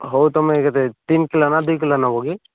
ହଉ ତୁମେ କେତେ ତିନି କିଲୋ ନା ଦୁଇ କିଲୋ ନେବ କି